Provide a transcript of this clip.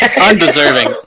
Undeserving